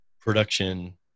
production